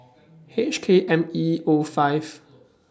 H K M E O five